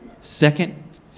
Second